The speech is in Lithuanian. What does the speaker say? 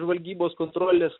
žvalgybos kontrolės